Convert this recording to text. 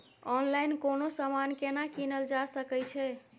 Online कोनो समान केना कीनल जा सकै छै?